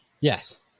Yes